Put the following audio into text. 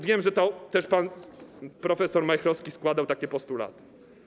Wiem, że też pan prof. Majchrowski składał takie postulaty.